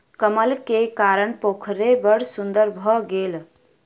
कमल के कारण पोखैर बड़ सुन्दर भअ गेल